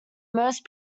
most